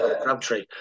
crabtree